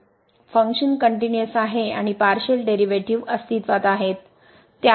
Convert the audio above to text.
तर function continuous आहे आणि पार्शिअल डेरिव्हेटिव्ह अस्तित्वात आहेत